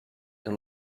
and